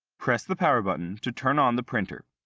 press the power button to turn on the printer.